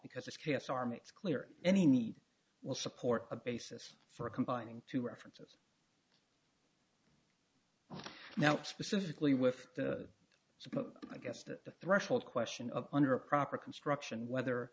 because this case army is clear any need will support a basis for a combining two references now specifically with the i guess the threshold question of under proper construction whether